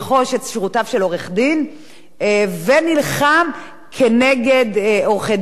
ונלחם נגד עורכי-דין מאוד מאוד גדולים אחרים,